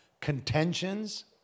contentions